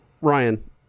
Ryan